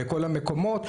בכל המקומות,